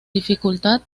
dificultad